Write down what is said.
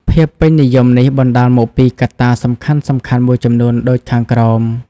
ភាពពេញនិយមនេះបណ្តាលមកពីកត្តាសំខាន់ៗមួយចំនួនដូចខាងក្រោម